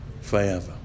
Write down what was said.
Forever